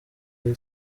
ari